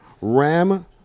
Ram